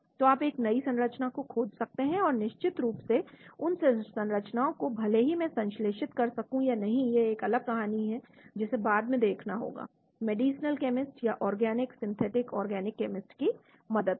तो आप नई संरचनाओं को खोज सकते हैं और निश्चित रूप से उन संरचनाओं को भले ही मैं संश्लेषित कर सकूँ या नहीं यह एक अलग कहानी है जिसे हमें बाद में देखना होगा मेडिसिनल केमिस्ट या ऑर्गेनिक सिंथेटिक ऑर्गेनिक केमिस्ट की मदद से